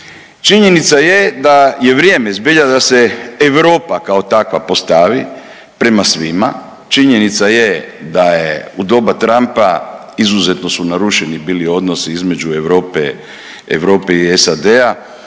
Činjenica je da je vrijeme zbilja da se Europa kao takva postavi prema svima, činjenica je da je u doba Trumpa izuzetno su narušeni bili odnosi između Europe i SAD-a.